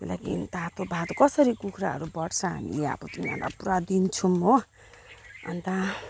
त्यही लागि तातो भात कसरी कुखुराहरू बढ्छ हामी अब तिनीहरूलाई पुरा दिन्छौँ हो अनि त